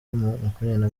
makumyabiri